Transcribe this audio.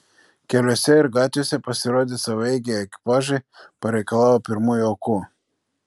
keliuose ir gatvėse pasirodę savaeigiai ekipažai pareikalavo pirmųjų aukų